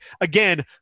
again